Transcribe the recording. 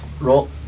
Roll